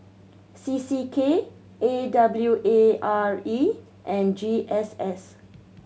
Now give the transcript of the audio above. C C K A W A R E and G S S